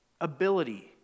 ability